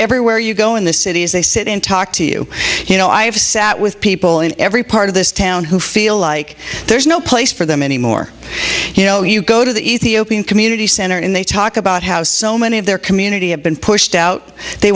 everywhere you go in the cities they sit and talk to you you know i have sat with people in every part of this town who feel like there's no place for them anymore you know you go to the ethiopian community center and they talk about how so many of their community have been pushed out they